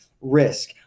Risk